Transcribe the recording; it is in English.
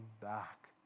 back